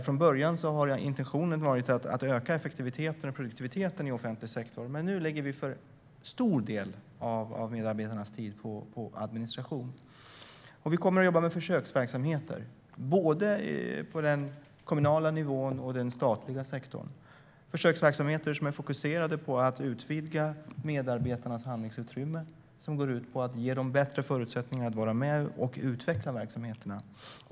Från början var intentionen att öka effektiviteten och produktiviteten i offentlig sektor, men nu lägger vi en alltför stor del av medarbetarnas tid på administration. Vi kommer att jobba med försöksverksamheter både på den kommunala nivån och i den statliga sektorn. Det är försöksverksamheter som är fokuserade på att utvidga medarbetarnas handlingsutrymme och går ut på att ge dem bättre förutsättningar att vara med och utveckla verksamheterna.